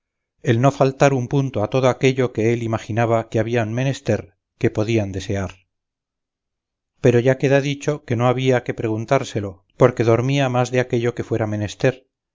el no faltar un punto a todo aquello que él imaginaba que habían menester que podían desear pero ya queda dicho que no había que preguntárselo porque dormía más de aquello que fuera menester